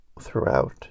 throughout